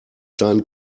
seinen